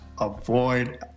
avoid